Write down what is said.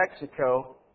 Mexico